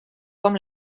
com